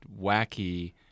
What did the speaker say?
wacky